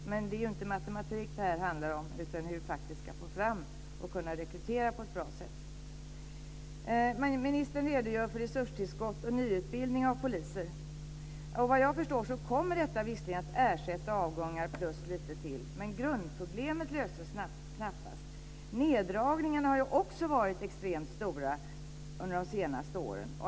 Men det här handlar ju inte om matematik utan om hur vi ska kunna få fram och rekrytera poliser på ett bra sätt. Ministern redogör för resurstillskott och nyutbildning av poliser. Vad jag förstår kommer detta visserligen att ersätta avgångar plus lite till, men grundproblemet löses knappast. Neddragningarna har också varit extremt stora under de senaste åren.